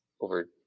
over